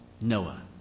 Noah